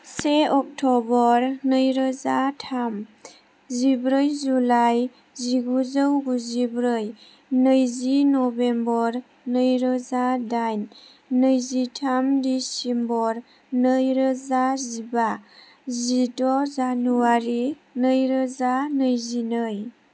से अक्ट'बर नैरोजा थाम जिब्रै जुलाइ जिगुजौ गुजिब्रै नैजि नबेम्बार नैरोजा दाइन नैजिथाम दिसेम्बर नैरोजा जिबा जिद' जानुवारि नैरोजा नैजिनै